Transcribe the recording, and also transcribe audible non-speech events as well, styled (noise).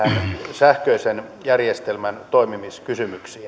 sähköisen järjestelmän toimimiskysymyksiin (unintelligible)